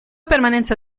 permanenza